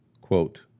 Quote